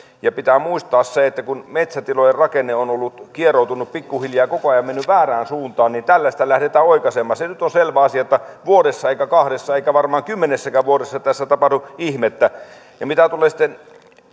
ja pitää muistaa se että kun metsätilojen rakenne on ollut kieroutunut pikkuhiljaa koko ajan mennyt väärään suuntaan niin tällä sitä lähdetään oikaisemaan se nyt on selvä asia että ei vuodessa eikä kahdessa eikä varmaan kymmenessäkään vuodessa tässä tapahdu ihmettä mitä tulee sitten